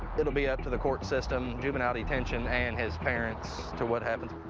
it'll be up to the court system, juvenile detention, and his parents to what happens.